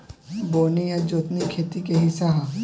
बोअनी आ जोतनी खेती के हिस्सा ह